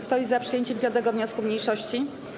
Kto jest za przyjęciem 5. wniosku mniejszości?